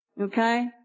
Okay